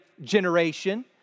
generation